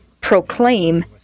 proclaim